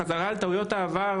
חזרה על טעויות העבר,